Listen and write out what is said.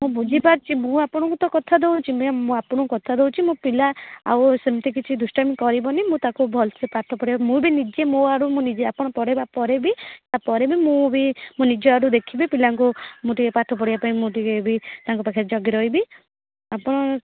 ମୁଁ ବୁଝି ପାରୁଛି ମୁଁ ଆପଣଙ୍କୁ ତ କଥା ଦେଉଛି ମୁଁ ଆପଣଙ୍କୁ କଥା ଦେଉଛି ମୋ ପିଲା ଆଉ ସେମିତି କିଛି ଦୁଷ୍ଟାମୀ କରିବେନି ମୁଁ ତାକୁ ଭଲରେ ପାଠ ପଢ଼ାଇବାକୁ ମୁଁ ବି ନିଜେ ମୋ ଆଡ଼ୁ ମୁଁ ନିଜେ ଆପଣ ପଢାଇବା ପରେ ବି ତାପରେ ବି ମୁଁ ବି ନିଜ ଆଡ଼ୁ ଦେଖିବି ପିଲାଙ୍କୁ ମୁଁ ଟିକେ ପାଠ ପଢ଼ାଇବା ପାଇଁ ମୁଁ ଟିକେ ତାଙ୍କ ପାଖରେ ଜଗି ରହିବି ଆପଣ